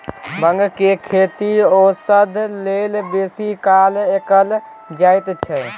भांगक खेती औषध लेल बेसी काल कएल जाइत छै